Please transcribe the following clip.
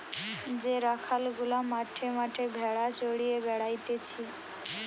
যে রাখাল গুলা মাঠে মাঠে ভেড়া চড়িয়ে বেড়াতিছে